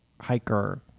hiker